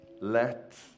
Let